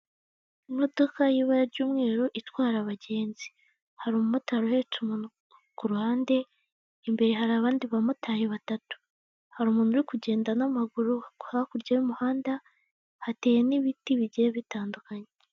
Imodoka y'ibara ry'umweru itwara abagenzi. Hari umumotari uhetse umuntu ku ruhande, imbere hari abandi bamotari batatu. Hari umuntu uri kugenda n'amaguru hakurya y'umuhanda, hateye n'ibiti bigiye bitandukanye.